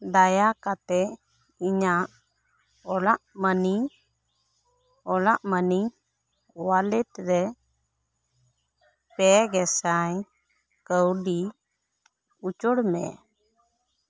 ᱫᱟᱭᱟ ᱠᱟᱛᱮ ᱤᱧᱟ ᱜ ᱚᱲᱟᱜ ᱢᱟᱹᱱᱤ ᱚᱲᱟᱜ ᱢᱟᱹᱱᱤ ᱳᱣᱟᱞᱮᱴ ᱨᱮ ᱯᱮ ᱜᱮᱥᱟᱭ ᱠᱟ ᱣᱰᱤ ᱩᱪᱟ ᱲ ᱢᱮ